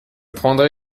prendrai